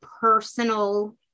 personal